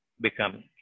become